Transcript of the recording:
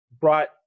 brought